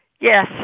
Yes